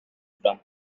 from